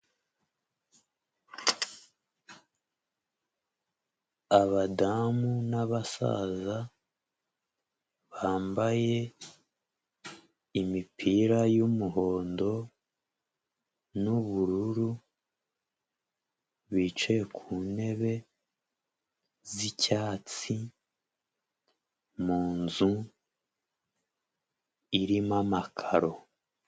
Abadamu n'abasaza, bambaye imipira y'umuhondo n'ubururu, bicaye ku ntebe z'icyatsi mu nzu irimo amakaro.